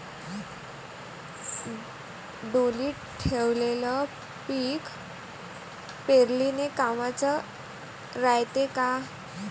ढोलीत ठेवलेलं पीक पेरनीले कामाचं रायते का?